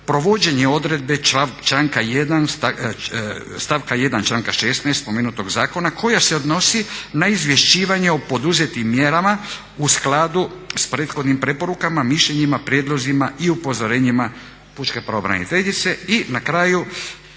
provođenje odredbe stavka 1. članka 16. spomenutog zakona koja se odnosi na izvješćivanje o poduzetim mjerama u skladu s prethodnim preporukama, mišljenjima, prijedlozima i upozorenjima pučke pravobraniteljice.